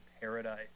paradise